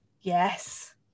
yes